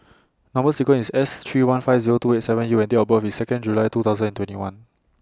Number sequence IS S three one five Zero two eight seven U and Date of birth IS Second July two thousand and twenty one